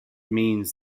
means